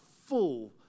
full